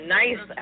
nice